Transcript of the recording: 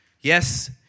yes